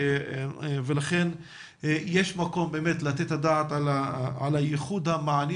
לכן יש מקום לתת את הדעת על ייחוד המענים